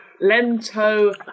Lento